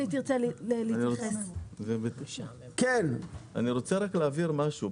אני רוצה להבהיר משהו.